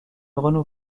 renoue